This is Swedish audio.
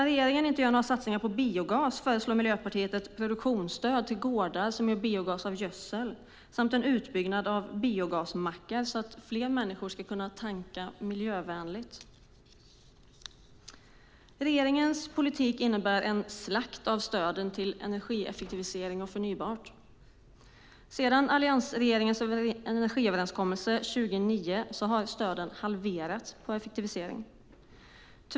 Regeringen gör inga satsningar på biogas, medan Miljöpartiet föreslår dels ett produktionsstöd till gårdar där man gör biogas av gödsel, dels en utbyggnad av biogasmackar så att fler människor kan tanka miljövänligt. Regeringens politik innebär en slakt av stöden till energieffektivisering och förnybart. Sedan alliansregeringens energiöverenskommelse 2009 har stöden till effektivisering halverats.